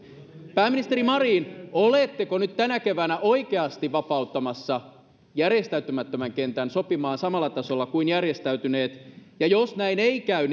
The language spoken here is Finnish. pääministeri marin oletteko nyt tänä keväänä oikeasti vapauttamassa järjestäytymättömän kentän sopimaan samalla tasolla kuin järjestäytyneet ja jos näin ei käy